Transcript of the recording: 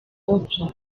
oprah